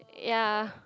ya